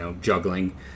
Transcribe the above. juggling